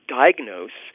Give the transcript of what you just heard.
diagnose